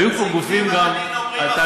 הם אומרים הפוך, איציק.